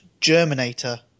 Germinator